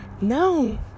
no